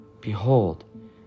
Behold